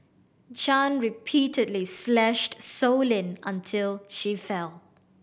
Chan repeatedly slashed Sow Lin until she fell